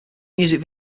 music